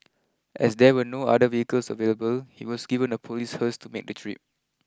as there were no other vehicles available he was given a police hearse to make the trip